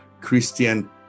Christian